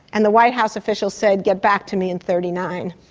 and the white house official said, get back to me in thirty nine!